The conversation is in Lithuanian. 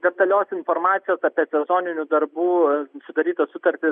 detalios informacijos apie sezoninių darbų sudarytą sutartis